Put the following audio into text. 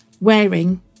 wearing